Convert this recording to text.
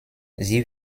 sie